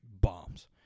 bombs